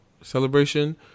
celebration